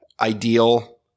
ideal